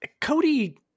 Cody